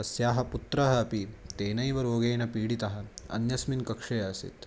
तस्याः पुत्रः अपि तेनैव रोगेन पीडितः अन्यस्मिन् कक्षे आसीत्